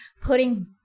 putting